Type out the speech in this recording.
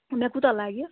مےٚ کوٗتاہ لَگہِ